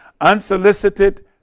unsolicited